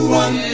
one